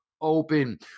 open